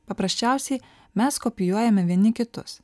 paprasčiausiai mes kopijuojame vieni kitus